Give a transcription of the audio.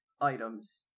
items